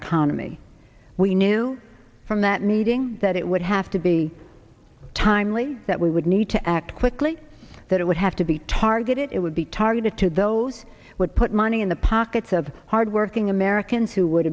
economy we knew from that meeting that it would have to be timely that we would need to act quickly that it would have to be targeted it would be targeted to those would put money in the pockets of hardworking